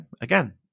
again